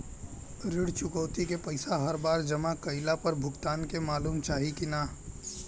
ऋण चुकौती के पैसा हर बार जमा कईला पर भुगतान के मालूम चाही की ना?